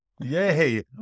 Yay